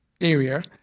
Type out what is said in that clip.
area